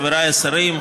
חבריי השרים,